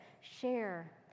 share